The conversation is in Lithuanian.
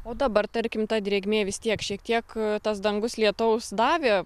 o dabar tarkim ta drėgmė vis tiek šiek tiek tas dangus lietaus davė